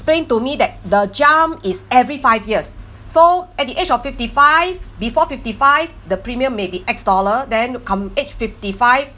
explain to me that the jump is every five years so at the age of fifty five before fifty five the premium may be X dollar then come age fifty five